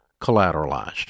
collateralized